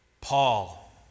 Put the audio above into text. Paul